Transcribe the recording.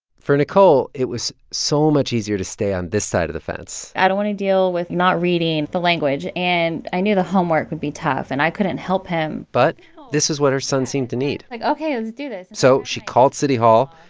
for nicole, it was so much easier to stay on this side of the fence i don't want to deal with not reading the language. and i knew the homework would be tough, and i couldn't help him but this is what her son seemed to need like, ok, let's do this so she called city hall.